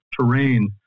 terrain